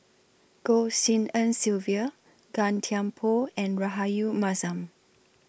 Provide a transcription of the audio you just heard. Goh Tshin En Sylvia Gan Thiam Poh and Rahayu Mahzam